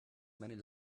many